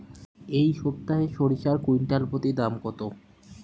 এই সপ্তাহে সরিষার কুইন্টাল প্রতি দাম কত?